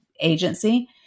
agency